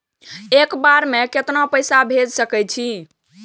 एक बार में केतना पैसा भेज सके छी?